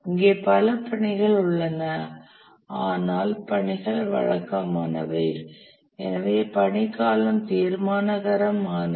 இங்கே பல பணிகள் உள்ளன ஆனால் பணிகள் வழக்கமானவை எனவே பணி காலம் தீர்மானகரமானவை